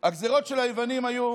הגזרות של היוונים היו